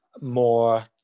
more